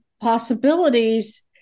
possibilities